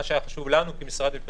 מה שהיה חשוב לנו כמשרד המשפטים,